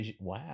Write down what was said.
Wow